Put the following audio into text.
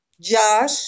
Josh